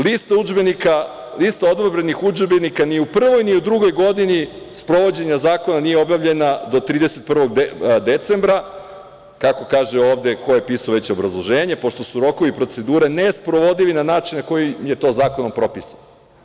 Lista odabranih udžbenika nije ni u prvoj ni u drugoj godini sprovođenja zakona nije objavljena do 31. decembra kako kaže ovde, ko je pisao obrazloženje pošto su rokovi i procedure nesprovodivi na način kojim je to zakonom propisano.